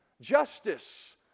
Justice